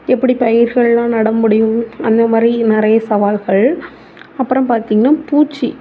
எப்படி பயிர்களெலாம் நட முடியும் அந்த மாதிரி நிறைய சவால்கள் அப்புறம் பார்த்தீங்கன்னா பூச்சி